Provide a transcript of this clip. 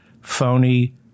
phony